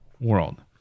world